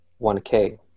1K